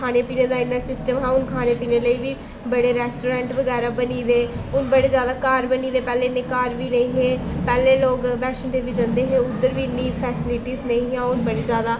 खाने पीने दा इन्ना सिस्टम हा हून खाने पीने लेई बी बड़े रैस्टोरैंट बगैरा बनी दे हून बड़े जैदा घर बनी दे पैह्लें इन्ने घर बी नेईं हे पैह्लें लोग बैष्णों देवी जंदे हे उद्धर बी इन्नी फैस्लिटीस नेईं हियां हून बड़ी जैदा